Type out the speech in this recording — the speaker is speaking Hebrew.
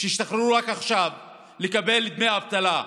שהשתחררו רק עכשיו לקבל דמי אבטלה,